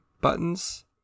buttons